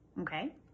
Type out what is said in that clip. Okay